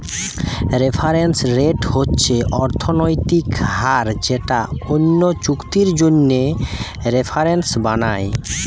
reference rate হচ্ছে অর্থনৈতিক হার যেটা অন্য চুক্তির জন্যে রেফারেন্স বানায়